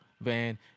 van